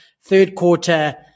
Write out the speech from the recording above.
third-quarter